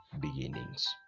beginnings